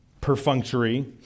perfunctory